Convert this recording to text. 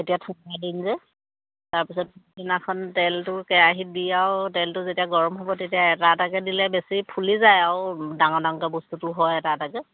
এতিয়া ঠাণ্ডা দিন যে তাৰপিছত সেইদিনাখন তেলটো কেৰাহিত দি আৰু তেলটো যেতিয়া গৰম হ'ব তেতিয়া এটা এটাকৈ দিলে বেছি ফুলি যায় আৰু ডাঙৰ ডাঙৰকৈ বস্তুটো হয় এটা এটাকৈ